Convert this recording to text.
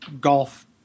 golf